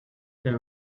they